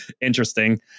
Interesting